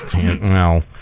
no